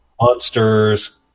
monsters